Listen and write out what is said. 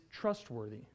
trustworthy